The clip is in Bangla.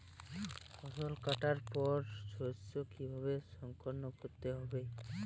ফসল কাটার পর শস্য কীভাবে সংরক্ষণ করতে হবে?